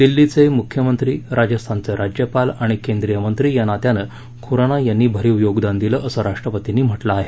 दिल्लीचे मुख्यमंत्री राजस्थानचे राज्यपाल आणि केंद्रीय मंत्री या नात्यानं खुराना यांनी भरीव योगदान दिलं असं राष्ट्रपतींनी म्हटलं आहे